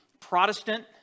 Protestant